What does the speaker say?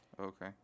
Okay